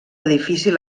difícil